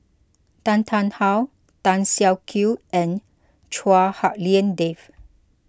Tan Tarn How Tan Siak Kew and Chua Hak Lien Dave